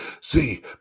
See